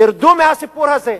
תרדו מהסיפור הזה.